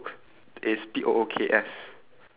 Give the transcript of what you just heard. it's there's a blue line at the very top